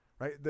right